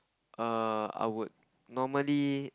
err I would normally